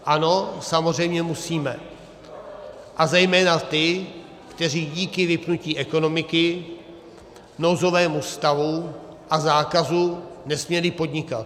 Ano, samozřejmě musíme, a zejména ty, kteří díky vypnutí ekonomiky, nouzovému stavu a zákazu nesměli podnikat.